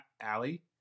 Allie